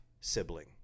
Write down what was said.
sibling